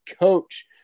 coach